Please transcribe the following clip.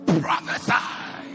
prophesy